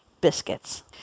biscuits